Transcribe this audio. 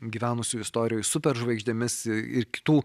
gyvenusių istorijoj superžvaigždėmis ir kitų